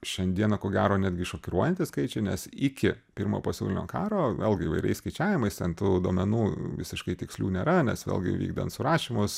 šiandieną ko gero netgi šokiruojantys skaičiai nes iki pirmo pasaulinio karo vėlgi įvairiais skaičiavimais ten tų duomenų visiškai tikslių nėra nes vėlgi vykdant surašymus